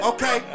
Okay